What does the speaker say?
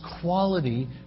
quality